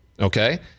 Okay